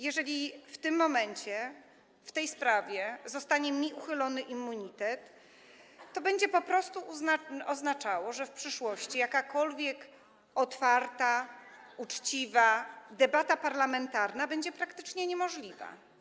Jeżeli w tym momencie, w tej sprawie zostanie mi uchylony immunitet, to będzie oznaczało, że w przyszłości jakakolwiek otwarta, uczciwa debata parlamentarna będzie praktycznie niemożliwa.